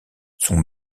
son